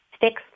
fixed